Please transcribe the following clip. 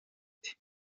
ati